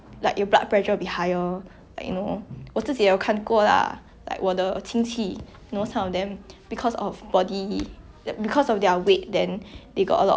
because of body because of their weight then they got a lot of body like health problems ya so I think it's not very ethical of them to